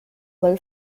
will